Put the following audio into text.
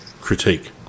critique